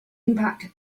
impact